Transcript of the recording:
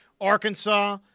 Arkansas